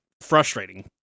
frustrating